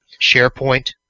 SharePoint